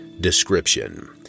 Description